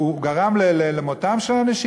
הוא גרם למותם של אנשים?